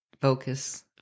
Focus